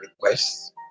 requests